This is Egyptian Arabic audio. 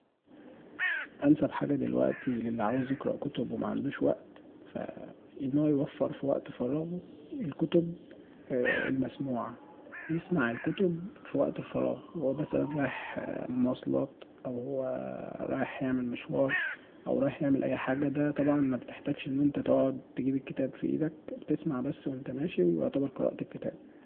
أنسب حاجة دلوقتي للي عاوز يقرأ كتب ومعندوش وقت فاان هو يوفر في وقت فراغه الكتب المسموعة يسمع الكتب في وقت فراغه وهو مثلا رايح مواصلات او وهو رايح يعمل مشوار او رايح يعمل اي حاجة دا طبعا مبتحتاجش ان انت تقعد تجيب الكتاب في ايدك بتسمع بس وانت ماشي ويعتبر قرأت الكتاب